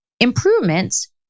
improvements